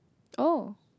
oh